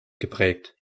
geprägt